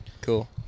Cool